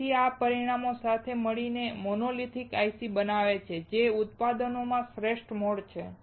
તેથી આ પરિમાણો સાથે મળીને મોનોલિથિક IC બનાવે છે જે ઉત્પાદનનો શ્રેષ્ઠ મોડ છે